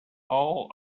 all